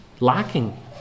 lacking